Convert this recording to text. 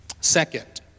Second